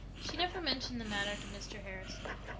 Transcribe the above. she never mentioned the matter to mr. harrison,